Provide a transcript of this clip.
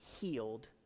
healed